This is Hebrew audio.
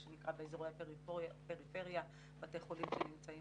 באזורי הפריפריה, בתי חולים שלא נמצאים